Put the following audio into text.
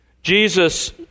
Jesus